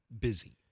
busy